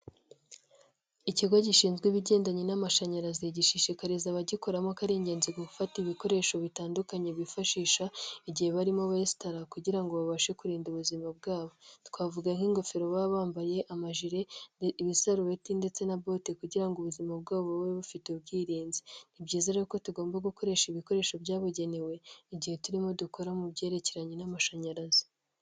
Ikigo gishinzwe ibigendanye n'amashanyarazi gishishikariza abagikoramo ko ari ingenzi gufata ibikoresho bitandukanye bifashisha igihe barimo besitara kugira ngo babashe kurinda ubuzima bwabo, twavuga nk'ingofero baba bambaye, amajire, ibisarubeti ndetse na bote kugira ngo ubuzima bwabo bube bufite ubwirinzi. Ni byiza rero ko tugomba gukoresha ibikoresho byabugenewe igihe turimo dukora mu byerekeranye n'amashanyarazi.